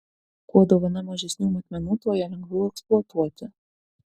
kuo dovana mažesnių matmenų tuo ją lengviau eksploatuoti